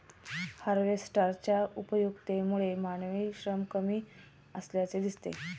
हार्वेस्टरच्या उपयुक्ततेमुळे मानवी श्रम कमी असल्याचे दिसते